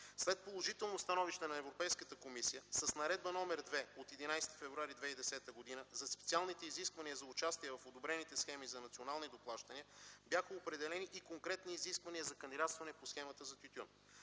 След положително становище на Европейската комисия, с Наредба № 2 от 11 февруари 2010 г. за специалните изисквания за участие в одобрените схеми за национални доплащания бяха определени и конкретни изисквания за кандидатстване по схемата за тютюн.